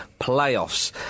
Playoffs